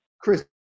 Chris